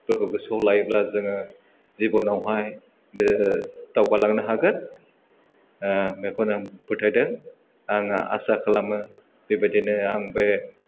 फोरखौ गोसोयाव लायोब्ला जोङो जिबनावहाय बे जोङो दावगालांनो हागोन बेखौनो फोथायदों आङो आसा खालामो बेबायदिनो आं बे